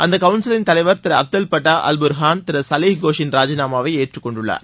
அந்த கவுன்சிலின் தலைவா் திரு அப்தெல் பட்டா அல் புர்கான் திரு சலிஹ் கோஷின் ராஜிநாமாவை ஏற்றுக்கொண்டுள்ளார்